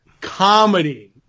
Comedy